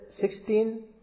sixteen